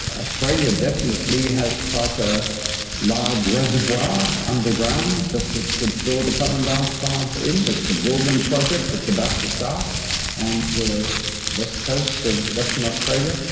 australia definitely has quite a large reservoir underground that it could store the carbon dioxide in. there's the gorgon project that's about to start on the west coast of western australia.